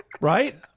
Right